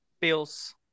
Bills